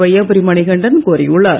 வையாபுரி மணிகண்டன் கோரியுள்ளார்